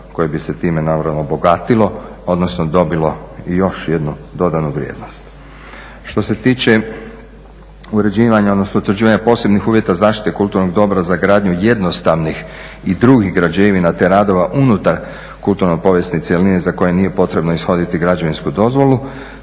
koje bi se time naravno obogatilo odnosno dobilo još jednu dodanu vrijednost. Što se tiče uređivanja, odnosno utvrđivanja posebnih uvjeta zaštite kulturnog dobra za gradnju jednostavnih i drugih građevina te radova unutar kulturno-povijesne cjeline za koje nije potrebno ishoditi građevinsku dozvolu